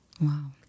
Wow